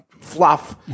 fluff